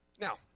Now